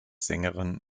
sängerin